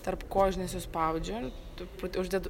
tarp kojų žinai suspaudžiu truputį uždedu